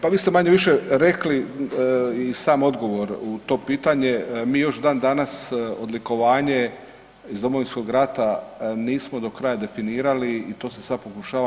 Pa vi ste manje-više rekli i sam odgovor u to pitanje, mi još dan danas odlikovanje iz Domovinskog rata nismo do kraja definirali i to se sad pokušava.